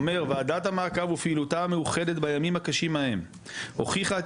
אומר ועדת המעקב ופעילותה המאוחדת בימים הקשים ההם הוכיחה את